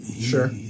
Sure